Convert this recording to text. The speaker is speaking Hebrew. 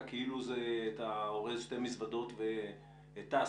כאילו אתה אורז שתי מזוודות וטס,